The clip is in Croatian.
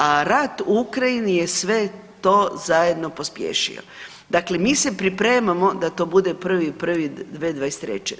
A rat u Ukrajini je sve to zajedno pospješio, dakle mi se pripremamo da to bude 1.1.2023.